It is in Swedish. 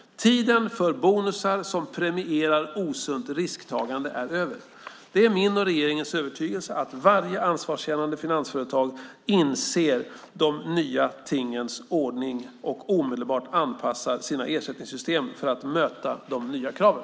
Tiden för bonusar som premierar osunt risktagande är över. Det är min och regeringens övertygelse att varje ansvarskännande finansföretag inser de nya tingens ordning och omedelbart anpassar sina ersättningssystem för att möta de nya kraven.